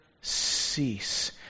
cease